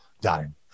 dying